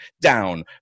down